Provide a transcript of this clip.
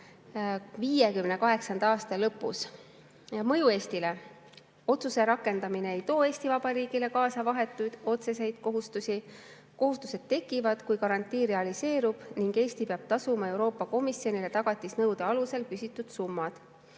2058. aasta lõpus. Mõju Eestile. Otsuse rakendamine ei too Eesti Vabariigile kaasa vahetuid otseseid kohustusi. Kohustused tekivad, kui garantii realiseerub ning Eesti peab tasuma Euroopa Komisjonile tagatisnõude alusel küsitud summad.